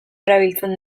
erabiltzen